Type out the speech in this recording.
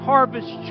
Harvest